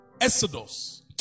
Exodus